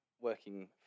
working